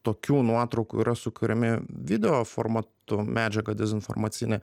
tokių nuotraukų yra sukuriami video formatu medžiaga dezinformacinė